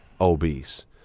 obese